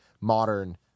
modern